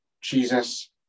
Jesus